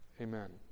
Amen